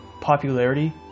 popularity